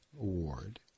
Award